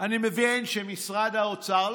אני מבין שמשרד האוצר,